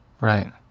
Right